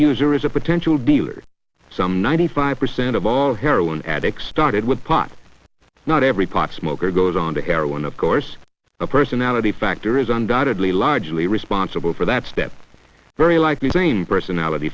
user is a potential dealer some ninety five percent of all heroin addicts started with pot not every pot smoker goes on to heroin of course the personality factor is undoubtedly largely responsible for that step very like the same personality